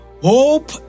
Hope